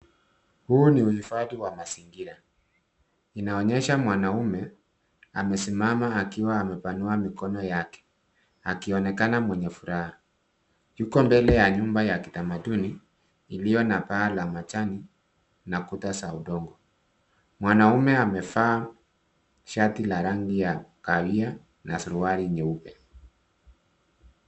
Huu ni uhifadhi wa mazingira. Inaonyesha mwanaume amesimama akiwa amepanua mikono yake, akionekana mwenye furaha. Yuko mbele ya nyumba ya kitamaduni iliyo na paa la majani na kuta za udongo. Mwanaume amevaa shati la rangi ya kahawia na suruali nyeupe.